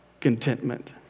contentment